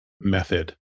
method